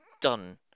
done